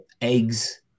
eggs